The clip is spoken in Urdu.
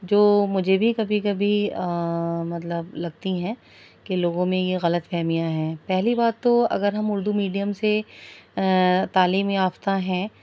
جو مجھے بھی کبھی کبھی مطلب لگتی ہیں کہ لوگوں میں یہ غلط فہمیاں ہیں پہلی بات تو اگر ہم اردو میڈیم سے تعلیم یافتہ ہیں